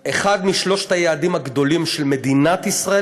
אחד משלושת היעדים הגדולים של מדינת ישראל,